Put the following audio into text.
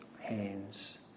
hands